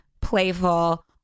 playful